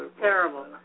terrible